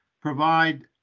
provide